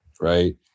right